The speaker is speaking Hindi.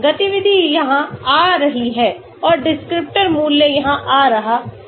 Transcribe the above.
गतिविधि यहाँ आ रही है और डिस्क्रिप्टर मूल्य यहाँ आ रहा है